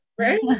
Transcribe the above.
Right